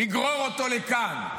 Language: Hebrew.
נגרור אותו לכאן.